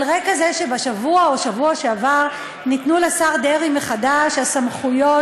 על רקע זה שהשבוע או בשבוע שעבר ניתנו לשר דרעי מחדש הסמכויות